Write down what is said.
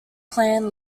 clan